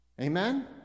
Amen